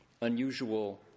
unusual